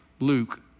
Luke